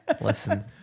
Listen